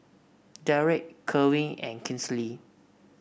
Derrek Kerwin and Kinsley